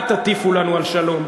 אל תטיפו לנו על שלום.